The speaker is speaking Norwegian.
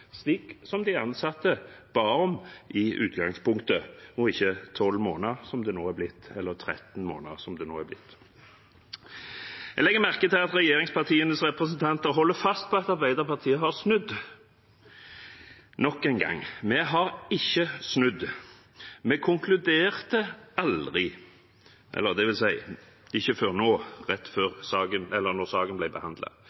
slik som de ansatte ba om i utgangspunktet, og ikke 13 måneder, som det nå har blitt. Jeg legger merke til at regjeringspartienes representanter holder fast på at Arbeiderpartiet har snudd. Nok en gang: Vi har ikke snudd! Vi konkluderte aldri – dvs. ikke før nå, rett